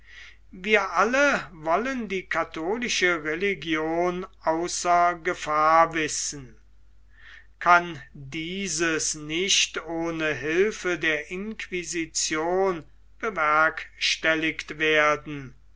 wir alle wollen die katholische religion außer gefahr wissen kann dieses nicht ohne hilfe der inquisition bewerkstelligt werden